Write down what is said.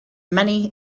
many